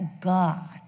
God